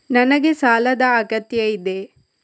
ನನಗೆ ಸಾಲದ ಅಗತ್ಯ ಇದೆ?